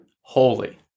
holy